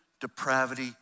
depravity